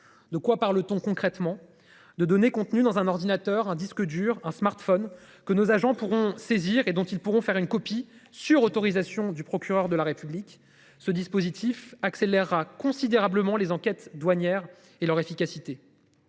De quoi parle-t-on concrètement de données contenues dans un ordinateur un disque dur un smartphone que nos agents pourront saisir et dont ils pourront faire une copie sur autorisation du procureur de la République ce dispositif accélérera considérablement les enquêtes douanières et leur efficacité.